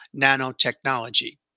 nanotechnology